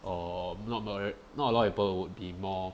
or not not a lot of people would be more